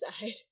inside